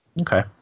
Okay